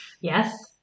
Yes